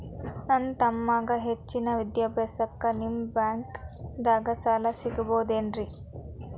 ನನ್ನ ತಮ್ಮಗ ಹೆಚ್ಚಿನ ವಿದ್ಯಾಭ್ಯಾಸಕ್ಕ ನಿಮ್ಮ ಬ್ಯಾಂಕ್ ದಾಗ ಸಾಲ ಸಿಗಬಹುದೇನ್ರಿ?